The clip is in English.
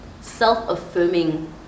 self-affirming